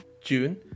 june